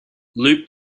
loop